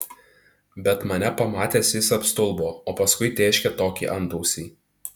bet mane pamatęs jis apstulbo o paskui tėškė tokį antausį